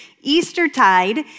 Eastertide